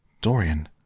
Dorian